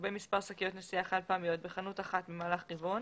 לגבי מספר שקיות נשיאה חד-פעמיות בחנות אחת במהלך רבעון,